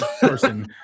person